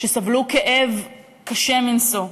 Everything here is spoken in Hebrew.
שסבלו כאב קשה מנשוא.